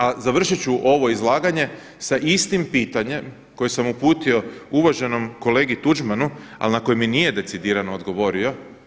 A završit ću ovo izlaganje, sa istim pitanjem koje sam uputio uvaženom kolegi Tuđman, ali na koje mi nije decidirano odgovorio.